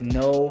no